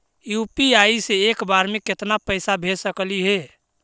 UPI से एक बार मे केतना पैसा भेज सकली हे?